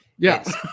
Yes